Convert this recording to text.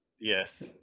Yes